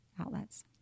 outlets